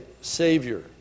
Savior